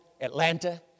Atlanta